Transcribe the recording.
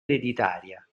ereditaria